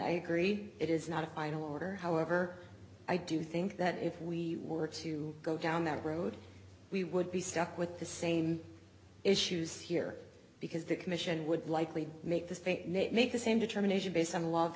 i agree it is not a final order however i do think that if we were to go down that road we would be stuck with the same issues here because the commission would likely make this fake net make the same determination based on a lot of the